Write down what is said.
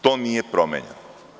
To nije promenjeno.